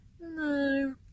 No